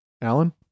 Alan